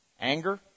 Anger